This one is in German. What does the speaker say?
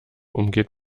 umgeht